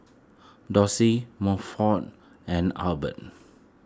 Doshie Milford and Hubert